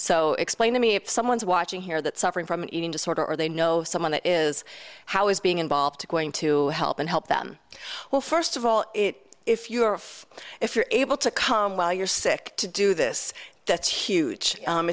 so explain to me if someone's watching here that suffering from an eating disorder or they know someone that is how is being involved going to help and help them well first of all if you are if you're able to come while you're sick to do this that's huge